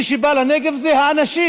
מי שבא לנגב זה האנשים.